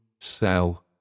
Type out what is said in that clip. sell